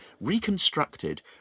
reconstructed